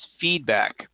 feedback